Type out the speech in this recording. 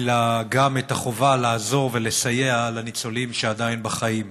אלא גם את החובה לעזור ולסייע לניצולים שעדיין בחיים.